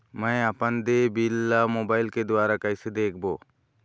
मैं अपन देय बिल ला मोबाइल के द्वारा कइसे देखबों?